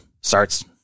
starts